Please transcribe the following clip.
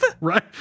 Right